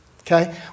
okay